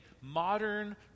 modern